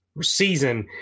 season